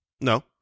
No